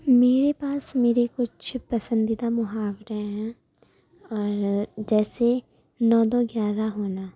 میرے پاس میرے کچھ پسندیدہ محاورے ہیں اور جیسے نو دو گیارہ ہونا